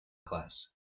class